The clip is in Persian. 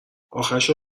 آخرشو